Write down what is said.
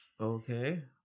okay